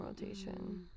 rotation